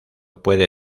puede